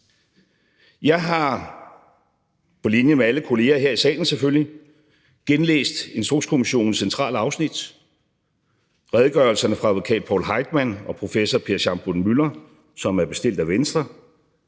Jeg har på linje med alle kollegaer i salen selvfølgelig genlæst Instrukskommissionens centrale afsnit, redegørelserne fra advokat Poul Heitmann og professor Per Schaumburg-Müller, som er bestilt af Venstre,